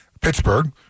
Pittsburgh